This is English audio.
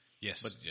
Yes